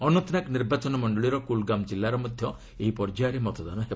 ଅନନ୍ତନାଗ ନିର୍ବାଚନ ମଣ୍ଡଳୀର କୁଲଗାମ୍ ଜିଲ୍ଲାରେ ମଧ୍ୟ ଏହି ପର୍ଯ୍ୟାୟରେ ମତଦାନ ହେବ